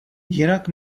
jinak